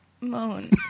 moan